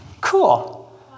Cool